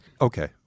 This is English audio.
Okay